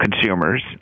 consumers